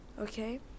Okay